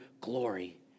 glory